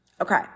Okay